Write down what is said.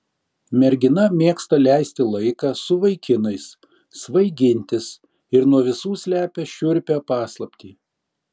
mergina mėgsta leisti laiką su vaikinais svaigintis ir nuo visų slepia šiurpią paslaptį